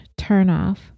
turnoff